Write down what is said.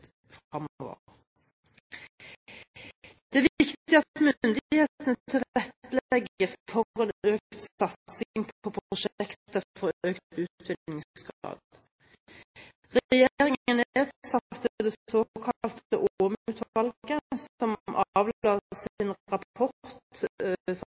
Det er viktig at myndighetene tilrettelegger for en økt satsing på prosjekter for økt utvinningsgrad. Regjeringen